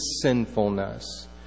sinfulness